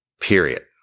Period